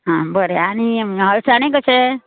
आ बरें आनी हळसाणे कशे